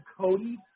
Cody